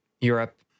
Europe